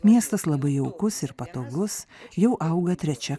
miestas labai jaukus ir patogus jau auga trečia